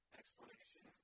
explanation